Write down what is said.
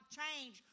change